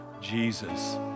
Jesus